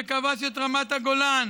שכבש את רמת הגולן